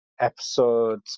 episode